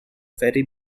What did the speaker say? ferry